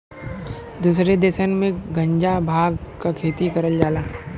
दुसरे देसन में गांजा भांग क खेती करल जाला